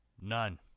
None